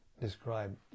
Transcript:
describe